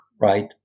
right